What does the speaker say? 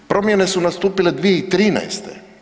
Promjene su nastupile 2013.